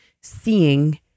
seeing